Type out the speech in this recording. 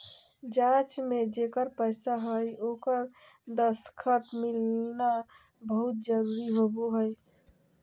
जाँच में जेकर पैसा हइ ओकर दस्खत मिलना बहुत जरूरी होबो हइ